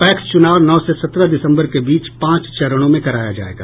PACS चुनाव नौ से सत्रह दिसम्बर के बीच पांच चरणों में कराया जायेगा